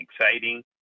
exciting